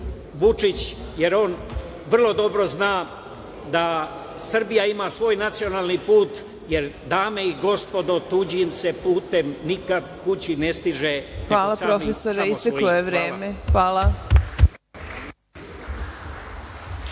Vučić, jer on vrlo dobro zna da Srbija ima svoj nacionalni put, jer, dame i gospodo, tuđim se putem nikad kući ne stiže, samo svojim. Hvala.